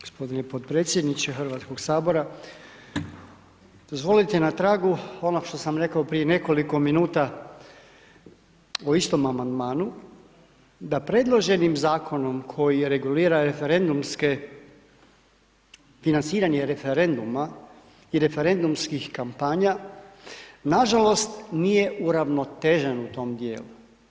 Gospodine podpredsjedniče Hrvatskog sabora, dozvolite na tragu onog što sam rekao prije nekoliko minuta o istom amandmanu, da predloženim Zakonom ... regulira referendumske, financiranje referenduma i referendumskih kampanja, nažalost nije uravnotežen u tom dijelu.